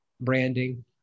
Branding